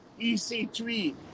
EC3